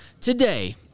today